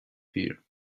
fear